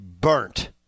Burnt